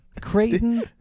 creighton